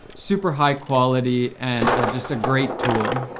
super high-quality, and just a great tool.